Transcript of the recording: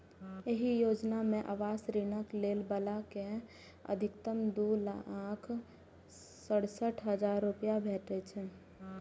एहि योजना मे आवास ऋणक लै बला कें अछिकतम दू लाख सड़सठ हजार रुपैया भेटै छै